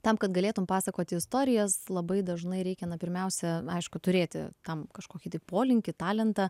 tam kad galėtum pasakoti istorijas labai dažnai reikia na pirmiausia aišku turėti tam kažkokį tai polinkį talentą